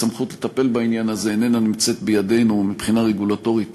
והסמכות לטפל בעניין הזה איננה נמצאת בידינו מבחינה רגולטורית,